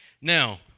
Now